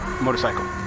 motorcycle